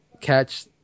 catch